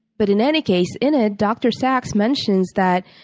but, in any case, in it, dr. sacks mentions that,